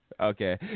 Okay